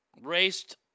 raced